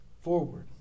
forward